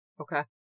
Okay